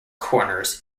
corners